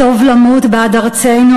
'טוב למות בעד ארצנו',